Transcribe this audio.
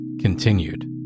continued